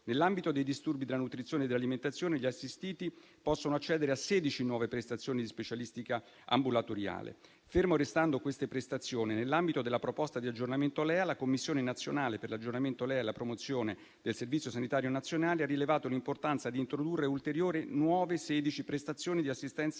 Nell'ambito dei disturbi della nutrizione e dell'alimentazione, gli assistiti possono accedere a 16 nuove prestazioni di specialistica ambulatoriale. Fermo restando queste prestazioni, nell'ambito della proposta di aggiornamento LEA, la Commissione nazionale per l'aggiornamento LEA e la promozione del Servizio sanitario nazionale ha rilevato l'importanza di introdurre ulteriori nuove 16 prestazioni di assistenza